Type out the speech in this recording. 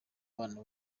abana